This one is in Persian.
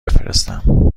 بفرستم